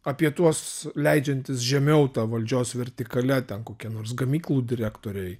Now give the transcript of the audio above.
apie tuos leidžiantis žemiau ta valdžios vertikale ten kokie nors gamyklų direktoriai